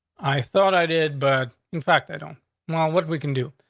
i thought i did, but in fact, i don't know what we can do.